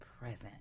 present